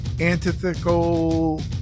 antithetical